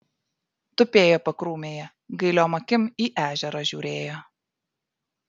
tupėjo pakrūmėje gailiom akim į ežerą žiūrėjo